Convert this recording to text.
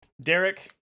Derek